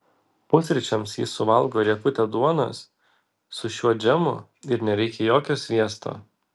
pusryčiams ji suvalgo riekutę duonos su šiuo džemu ir nereikia jokio sviesto